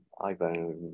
iPhone